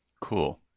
Cool